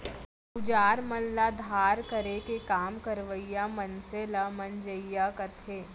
अउजार मन ल धार करे के काम करइया मनसे ल मंजइया कथें